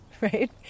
right